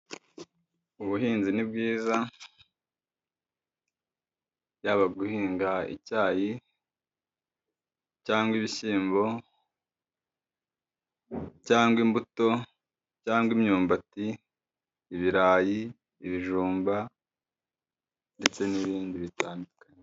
Ubuhinzi ni bwiza, yaba guhinga icyayi cyangwa ibishyimbo cyangwa imbuto cyangwa imyumbati, ibirayi, ibijumba ndetse n'ibindi bitandukanye.